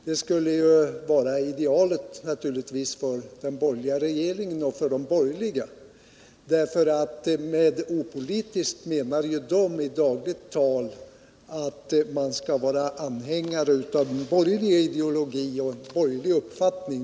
Det skulle naturligtvis vara idealet för den borgerliga regeringen och för de borgerliga, därför att med att vara opolitisk menar de ju i dagligt tal att man är anhängare av en borgerlig ideologi och alltså har en borgerlig uppfattning.